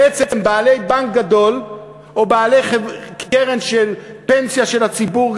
בעצם בעלי בנק גדול או בעלי קרן פנסיה של הציבור,